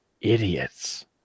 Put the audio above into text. Idiots